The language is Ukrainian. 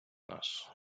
нас